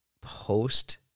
post-